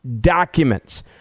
documents